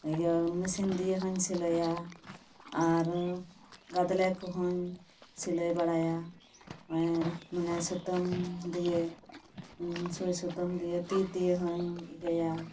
ᱤᱭᱟᱹ ᱢᱮᱥᱤᱱ ᱫᱤᱭᱮᱦᱚᱸᱧ ᱥᱤᱞᱟᱹᱭᱟ ᱟᱨ ᱜᱟᱫᱽᱞᱮ ᱠᱚᱦᱚᱸᱧ ᱥᱤᱞᱟᱹᱭ ᱵᱟᱲᱟᱭᱟ ᱢᱟᱱᱮ ᱥᱩᱛᱟᱹᱢ ᱫᱤᱭᱮ ᱥᱩᱭ ᱥᱩᱛᱟᱹᱢ ᱫᱤᱭᱮ ᱛᱤ ᱫᱤᱭᱮ ᱦᱚᱸᱭ ᱤᱭᱟᱹᱭᱟ